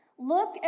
Look